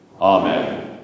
Amen